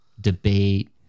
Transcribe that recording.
debate